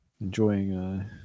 enjoying